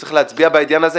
שצריכים להצביע בעניין הזה,